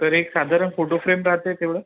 तरी एक साधारण फोटो फ्रेम राहते तेवढं